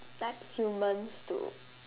like humans to